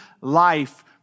life